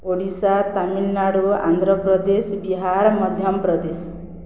Odisha Tamil Nadu Andhra Pradesh Bihar Madhya Pradesh